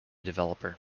developer